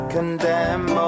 Condemn